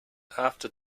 after